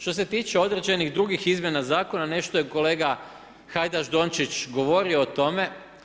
Što se tiče određenih drugih izmjena zakona, nešto je kolega Hajdaš-Dončić govorio o tome.